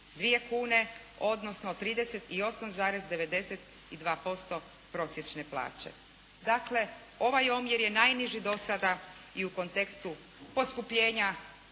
kune odnosno 38,92% prosječne plaće. Dakle, ovaj omjer je najniži dosada i u kontekstu poskupljenja